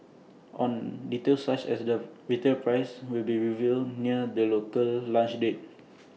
on details such as the retail price will be revealed near the local launch date